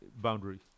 boundary